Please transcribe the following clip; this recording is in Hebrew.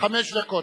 חמש דקות.